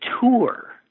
tour